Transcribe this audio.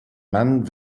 man